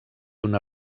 una